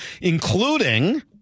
including